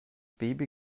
baby